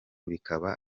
bihabwa